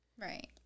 right